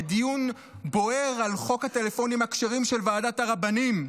לדיון בוער על חוק הטלפונים הכשרים של ועדת הרבנים.